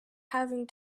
having